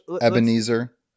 Ebenezer